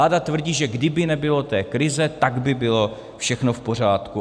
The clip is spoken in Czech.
Vláda tvrdí, že kdyby nebylo té krize, tak by bylo všechno v pořádku.